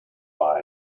have